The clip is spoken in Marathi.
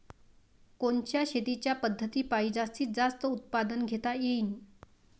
कोनच्या शेतीच्या पद्धतीपायी जास्तीत जास्त उत्पादन घेता येईल?